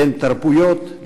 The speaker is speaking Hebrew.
בין תרבויות,